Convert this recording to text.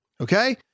Okay